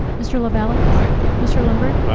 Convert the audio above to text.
mr. lavalley. ay. mr. lundberg. ay.